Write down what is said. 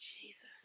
jesus